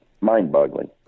mind-boggling